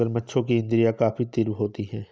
मगरमच्छों की इंद्रियाँ काफी तीव्र होती हैं